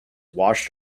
washed